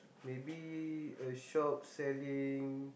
maybe a shop selling